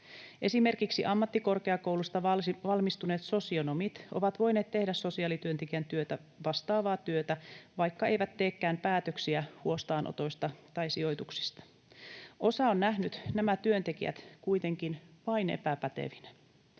Esimerkiksi ammattikorkeakoulusta valmistuneet sosionomit ovat voineet tehdä sosiaalityöntekijän työtä vastaavaa työtä, vaikka eivät teekään päätöksiä huostaanotoista tai sijoituksista. Osa on nähnyt nämä työntekijät kuitenkin vain epäpätevinä,